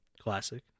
Classic